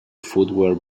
footwear